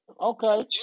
Okay